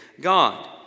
God